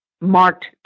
marked